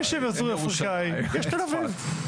אין שבר סורי אפריקאי, יש תל אביב.